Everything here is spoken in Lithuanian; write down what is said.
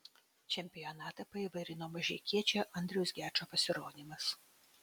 čempionatą paįvairino mažeikiečio andriaus gečo pasirodymas